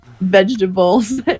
vegetables